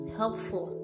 helpful